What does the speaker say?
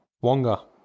Wonga